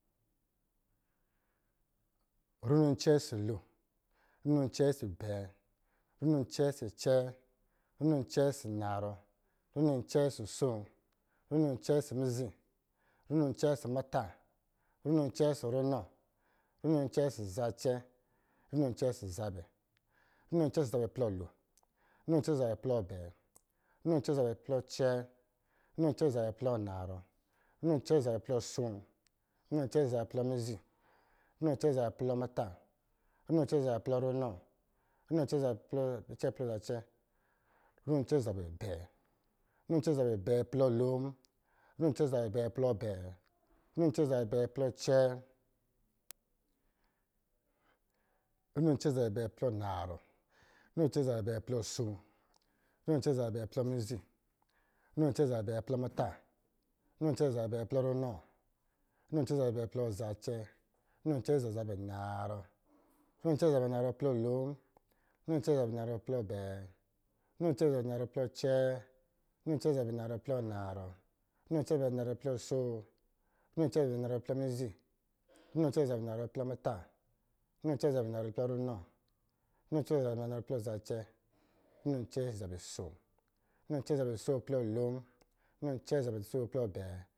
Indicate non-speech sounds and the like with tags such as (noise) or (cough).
Runo abɛɛ ɔsɔ̄ lo, Runo abɛɛ ɔsɔ̄ (unintelligible) runo abɛɛ ɔsɔ̄ acɛɛ, runo abɛɛ ɔsɔ̄ anarɔ, runo abɛɛ ɔsɔ̄ asoo, runo abɛɛ ɔsɔ̄ mizi, runo abɛɛ ɔsɔ̄ muta, runo abɛɛ ɔsɔ̄ runɔ, runo abɛɛ ɔsɔ̄ zacɛ, runo abɛɛ ɔsɔ̄ zabɛ, runo abɛɛ ɔsɔ̄ zabɛ plɔ lon, runo abɛɛ ɔsɔ̄ zabɛ plɔ abɛɛ, runo abɛɛ ɔsɔ̄ zabɛ plɔ acɛɛ, runo abɛɛ ɔsɔ̄ zabɛ plɔ anarɔ runo abɛɛ ɔsɔ̄ zabɛ plɔ asoo, runo abɛɛ ɔsɔ̄ zabɛ plɔ mizi, runo abɛɛ ɔsɔ̄ zabɛ plɔ muta, runo abɛɛ ɔsɔ̄ zabɛ plɔ runɔ, runo abɛɛ ɔsɔ̄ zabɛ plɔ zacɛ, runo abɛɛ ɔsɔ̄ zabɛ plɔ abɛɛ plɔ lo, runo abɛɛ ɔsɔ̄ zabɛ plɔ abɛɛ plɔ abɛɛ, runo abɛɛ ɔsɔ̄ zabɛ plɔ abɛɛ plɔ acɛɛ, runo abɛɛ ɔsɔ̄ zabɛ plɔ abɛɛ plɔ anarɔ, runo abɛɛ ɔsɔ̄ zabɛ plɔ abɛɛ plɔ asoo, runo abɛɛ ɔsɔ̄ zabɛ plɔ abɛɛ plɔ mizi, runo abɛɛ ɔsɔ̄ zabɛ plɔ abɛɛ plɔ muta, runo abɛɛ ɔsɔ̄ zabɛ plɔ abɛɛ plɔ runɔ, runo abɛɛ ɔsɔ̄ zabɛ plɔ abɛɛ plɔ zacɛ, runo abɛɛ ɔsɔ̄ zabɛ acɛɛ, runo abɛɛ ɔsɔ̄ zabɛ acɛɛ plɔ lo, runo abɛɛ ɔsɔ̄ zabɛ acɛɛ plɔ abɛɛ, runo abɛɛ ɔsɔ̄ zabɛ acɛɛ plɔ acɛɛ, runo abɛɛ ɔsɔ̄ zabɛ acɛɛ plɔ anarɔ runo abɛɛ ɔsɔ̄ zabɛ acɛɛ plɔ asoo, runo abɛɛ ɔsɔ̄ zabɛ acɛɛ plɔ mizi, runo abɛɛ ɔsɔ̄ zabɛ acɛɛ plɔ muta, runo abɛɛ ɔsɔ̄ zabɛ acɛɛ plɔ runɔ, runo abɛɛ ɔsɔ̄ zabɛ acɛɛ plɔ zacɛ, runo abɛɛ ɔsɔ̄ zabɛ anarɔ, runo abɛɛ ɔsɔ̄ zabɛ anarɔ plɔ lo, runo abɛɛ ɔsɔ̄ zabɛ anarɔ plɔ abɛɛ, runo abɛɛ ɔsɔ̄ zabɛ anarɔ plɔ acɛɛ, runo abɛɛ ɔsɔ̄ zabɛ anarɔ plɔ anarɔ, runo abɛɛ ɔsɔ̄ zabɛ anarɔ plɔ asoo, runo abɛɛ ɔsɔ̄ zabɛ anarɔ plɔ mizi, runo abɛɛ ɔsɔ̄ zabɛ anarɔ plɔ muta, runo abɛɛ ɔsɔ̄ zabɛ anarɔ plɔ runɔ, runo abɛɛ ɔsɔ̄ zabɛ anarɔ plɔ zacɛ, runo abɛɛ ɔsɔ̄ zabɛ asoo, runo abɛɛ ɔsɔ̄ zabɛ asoo plɔ lo, runo abɛɛ ɔsɔ̄ zabɛ asoo plɔ abɛɛ